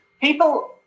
people